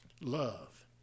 Love